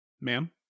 Ma'am